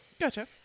Gotcha